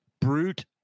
brute